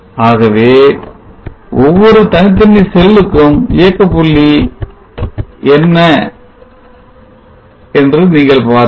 ஆகவே ஒவ்வொரு தனித்தனி செல்லுக்கும் இயக்க புள்ளி என்ன நீங்கள் பாருங்கள்